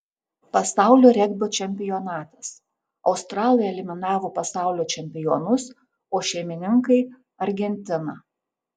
pasaulio regbio čempionatas australai eliminavo pasaulio čempionus o šeimininkai argentiną